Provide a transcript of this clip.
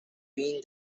been